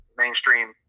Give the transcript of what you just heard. mainstream